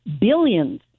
billions